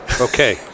Okay